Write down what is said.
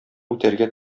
үтәргә